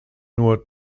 nur